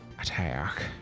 Attack